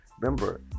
remember